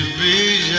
the